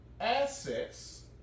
assets